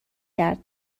کرد